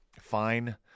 fine